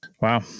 Wow